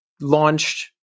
launched